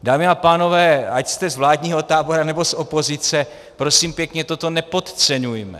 Dámy a pánové, ať jste z vládního tábora, nebo z opozice, prosím pěkně, toto nepodceňujme.